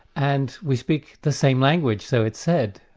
and we speak the same language, so it's said.